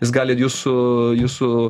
jis gali jūsų jūsų